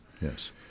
yes